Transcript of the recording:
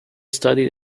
studied